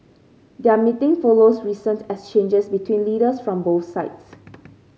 their meeting follows recent exchanges between leaders from both sides